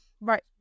Right